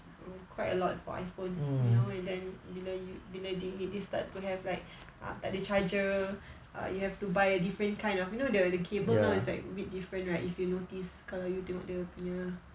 quite a lot for iphone you know and then bila they they start to have like ah tak ada charger err you have to buy different kind of you know the the cable now is like a bit different right if you notice kalau you tengok dia punya